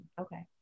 okay